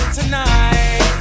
tonight